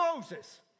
Moses